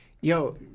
Yo